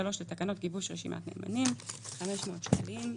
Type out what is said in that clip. לתקנות גיבוש רשימת נאמנים 500 שקלים.